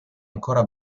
ancora